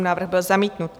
Návrh byl zamítnut.